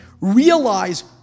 realize